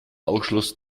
ausschluss